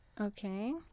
Okay